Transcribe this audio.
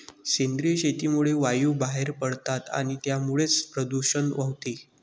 सेंद्रिय शेतीमुळे वायू बाहेर पडतात आणि त्यामुळेच प्रदूषण होते